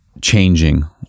changing